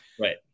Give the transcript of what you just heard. right